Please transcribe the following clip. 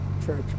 church